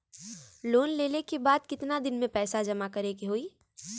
Loan लेले के बाद कितना दिन में पैसा जमा करे के होई?